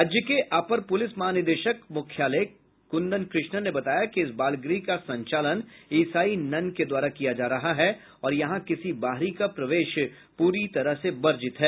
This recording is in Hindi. राज्य के अपर प्रलिस महानिदेशक मुख्यालय कुंदन कृष्णन ने बताया कि इस बालगृह का संचालन ईसाई नन के द्वारा किया जा रहा है और यहां किसी बाहरी का प्रवेश पूरी तरह से वर्जित है